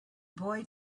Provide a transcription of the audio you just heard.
boy